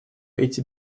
эти